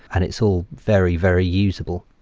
and it's all very, very usable.